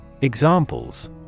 Examples